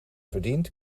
verdiend